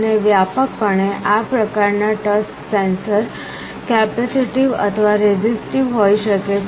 અને વ્યાપકપણે આ પ્રકાર ના ટચ સેન્સર કેપેસિટીવ અથવા રેઝિસ્ટિવ હોઈ શકે છે